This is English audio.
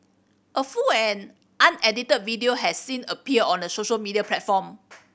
a full and unedited video had since appeared on a social media platform